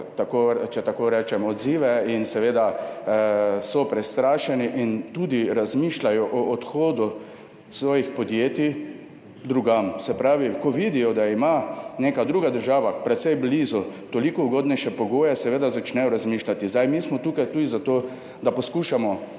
negativne odzive in so prestrašeni in tudi razmišljajo o odhodu svojih podjetij drugam. Se pravi, ko vidijo, da ima neka druga država, ki je precej blizu, toliko ugodnejše pogoje, seveda začnejo razmišljati. Mi smo tukaj tudi zato, da poskušamo